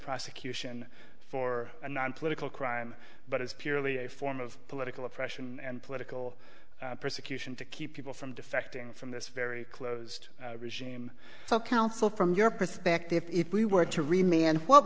prosecution for a non political crime but it's purely a form of political oppression and political persecution to keep people from defecting from this very closed regime so council from your perspective if we were to remain and what